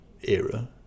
era